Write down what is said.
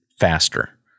faster